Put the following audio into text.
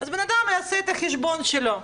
אז בן אדם יעשה את החשבון שלו,